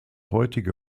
heutige